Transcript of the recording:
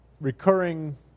recurring